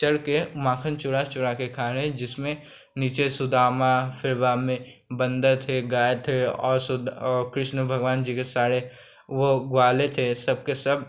चढ़कर माखन चुरा चुराकर खा रहे जिसमें नीचे सुदामा फिर बाग में बन्दर थे गाय थे और सुद और कृष्ण भगवान जी के सारे वह ग्वाले थे सबके सब